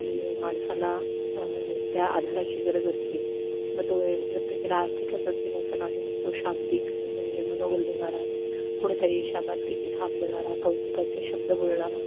व माणसाला त्या आधाराची गरज असते मग तो वे प्रत्येकाला आर्थिकच असेल असं नाही तो शाब्दिक म्हणजे मनोबल देणारा कोणीतरी शाबासकीची थाप देणारा कौतुकाचे शब्द बोलणारा